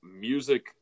music